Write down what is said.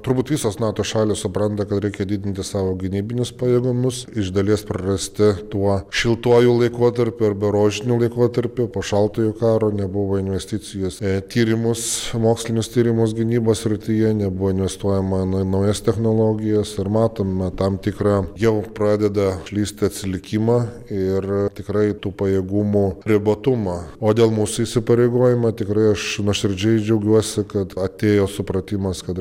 turbūt visos nato šalys supranta kad reikia didinti savo gynybinius pajėgumus iš dalies prarasti tuo šiltuoju laikotarpiu arba rožiniu laikotarpiu po šaltojo karo nebuvo investicijos tyrimus mokslinius tyrimus gynybos srityje nebuvo investuojama na į naujas technologijas ir matome tam tikrą jau pradeda išlįst atsilikimą ir tikrai tų pajėgumų ribotumą o dėl mūsų įsipareigojimo tikrai aš nuoširdžiai džiaugiuosi kad atėjo supratimas kad